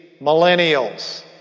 millennials